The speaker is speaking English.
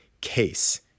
case